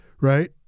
right